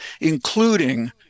including